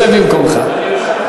שב במקומך.